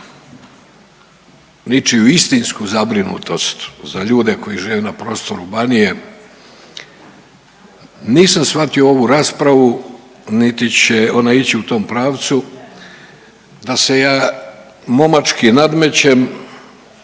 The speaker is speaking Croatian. ničiju istinsku zabrinutost za ljude koji žive na prostoru Banije nisam shvatio ovu raspravu, niti će ona ići u tom pravcu da se ja momački nadmećem